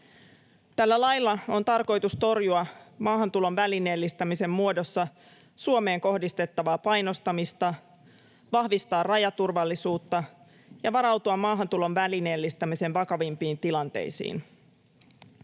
Tällä lailla on tarkoitus torjua maahantulon välineellistämisen muodossa Suomeen kohdistettavaa painostamista, vahvistaa rajaturvallisuutta ja varautua maahantulon välineellistämisen vakavimpiin tilanteisiin.